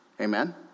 Amen